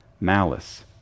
malice